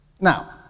Now